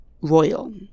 royal